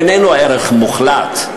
איננו ערך מוחלט,